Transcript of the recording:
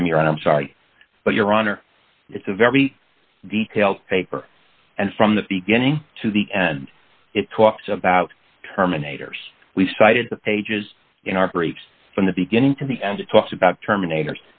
to get me wrong i'm sorry but your honor it's a very detailed paper and from the beginning to the end it talks about terminator's we sighted the pages in our breaks from the beginning to the end it talks about terminator